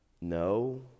No